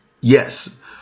yes